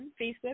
Facebook